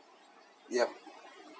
yup